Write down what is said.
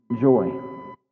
joy